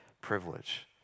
privilege